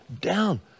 down